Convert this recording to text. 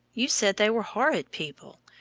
you said they were horrid people.